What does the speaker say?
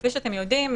כפי שאתם יודעים,